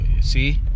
see